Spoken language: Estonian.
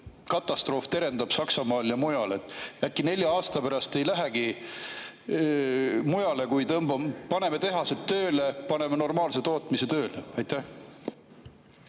Katastroof terendab Saksamaal ja mujal. Äkki nelja aasta pärast ei lähegi muud tegema, kui paneme tehased tööle, paneme normaalse tootmise tööle?